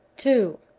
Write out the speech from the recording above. two.